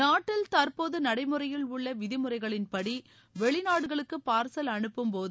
நாட்டில் தற்போது நடைமுறையில் உள்ள விதிமுறைகளின்படி வெளிநாடுகளுக்கு பார்சல் அனுப்பும்போது